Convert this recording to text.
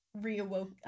reawoke